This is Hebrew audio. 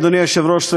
אדוני היושב-ראש,